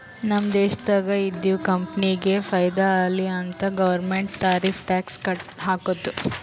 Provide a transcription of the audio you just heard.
ನಮ್ ದೇಶ್ದಾಗ್ ಇದ್ದಿವ್ ಕಂಪನಿಗ ಫೈದಾ ಆಲಿ ಅಂತ್ ಗೌರ್ಮೆಂಟ್ ಟಾರಿಫ್ ಟ್ಯಾಕ್ಸ್ ಹಾಕ್ತುದ್